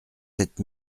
sept